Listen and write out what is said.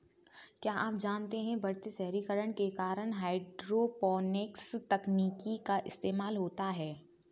क्या आप जानते है बढ़ते शहरीकरण के कारण हाइड्रोपोनिक्स तकनीक का इस्तेमाल होता है?